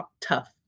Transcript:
tough